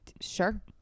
Sure